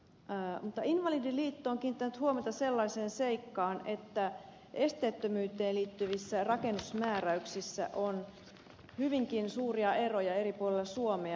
mutta invalidiliitto on kiinnittänyt huomiota sellaiseen seikkaan että esteettömyyteen liittyvissä rakennusmääräyksissä on hyvinkin suuria eroja eri puolilla suomea